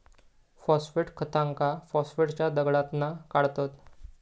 phosphate खतांका फॉस्फेटच्या दगडातना काढतत